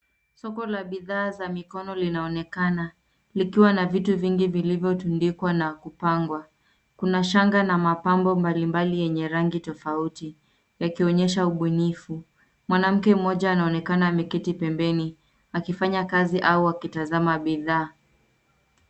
Soko la bidhaa za mikono linaonekana likiwa na vitu vingi vilivyotundikwa na kupangwa. Kuna shanga na mapambo mbalimbali yenye rangi tofauti yakionyesha ubunifu. Mwanamke mmoja anaonekana ameketi pembeni akifanya kazi au akitazama bidhaa.